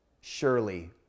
surely